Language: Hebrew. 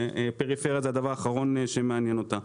שפריפריה זה הדבר האחרון שמעניין אותה.